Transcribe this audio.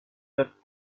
look